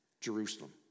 Jerusalem